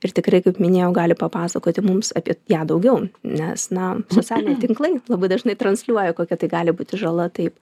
ir tikrai kaip minėjau gali papasakoti mums apie ją daugiau nes na socialiniai tinklai labai dažnai transliuoja kokia tai gali būti žala taip